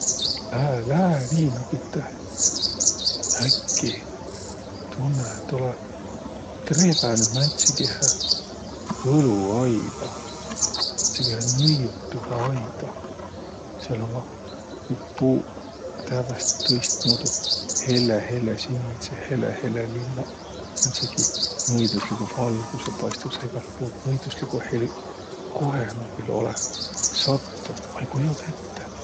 Lää, lää liina piteh. Äkki tunnõ, et olõ trehvänüq määntsegihe võluaida, määntsegihe nõiutuhe aida. Sääl ummaq kõik puuq tävveste tõistmuudu – helle-helesindiseq, helle-hellelillaq, määntsegiq nõidusliguq valgusõq paistusõq egält puult, nõidusliguq helüq. Kohe ma külh olõ sattunuq? Ma ei kujodaq ette.